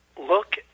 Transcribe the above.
look